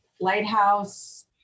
lighthouse